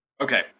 Okay